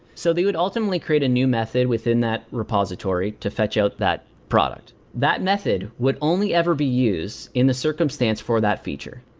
so they would ultimately create a new method within that repository to fetch out that product. that method would only ever be used in a circumstance for that feature,